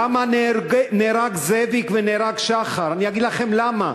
למה נהרג זאביק ונהרג שחר, אני אגיד לכם למה: